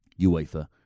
UEFA